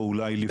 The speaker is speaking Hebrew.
או אולי לפני.